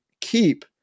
keep